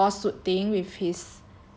the whole lawsuit thing with his